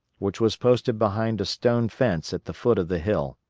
which was posted behind a stone fence at the foot of the hill.